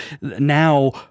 now